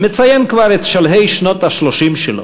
מציין כבר את שלהי שנות ה-30 שלו.